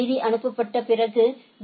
செய்தி அனுப்பப்பட்ட பிறகு பி